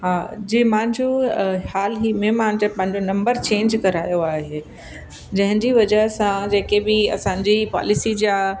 हा जे मुंहिंजो हाल ई में मुंहिंजो पंहिंजो नंबर चेंज करायो आहे जंहिंजी वजह सां तव्हां जेके बि असांजी पॉलिसी जा